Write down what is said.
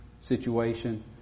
situation